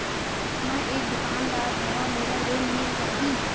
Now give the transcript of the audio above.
मै एक दुकानदार हवय मोला लोन मिल जाही?